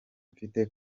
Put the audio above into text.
mfite